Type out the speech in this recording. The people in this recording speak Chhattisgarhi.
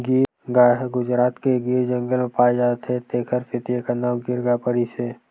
गीर गाय ह गुजरात के गीर जंगल म पाए जाथे तेखर सेती एखर नांव गीर गाय परिस हे